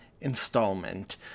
installment